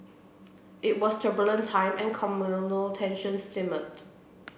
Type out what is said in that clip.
it was turbulent time and communal tensions simmered